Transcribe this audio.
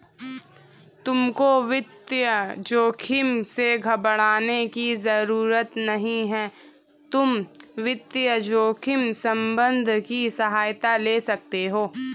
तुमको वित्तीय जोखिम से घबराने की जरूरत नहीं है, तुम वित्तीय जोखिम प्रबंधन की सहायता ले सकते हो